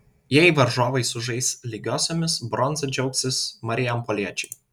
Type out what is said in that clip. jei varžovai sužais lygiosiomis bronza džiaugsis marijampoliečiai